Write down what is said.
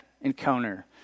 encounter